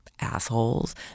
assholes